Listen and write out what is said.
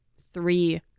Three